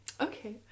Okay